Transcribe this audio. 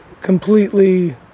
completely